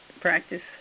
practice